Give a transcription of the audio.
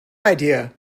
idea